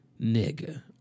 nigga